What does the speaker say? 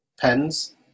pens